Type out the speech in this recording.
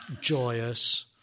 joyous